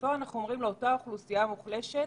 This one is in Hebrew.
ופה אנחנו אומרים לאותה אוכלוסייה מוחלשת